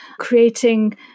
creating